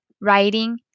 writing